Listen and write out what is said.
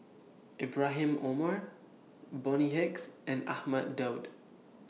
Ibrahim Omar Bonny Hicks and Ahmad Daud